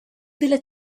della